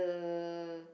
the